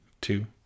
two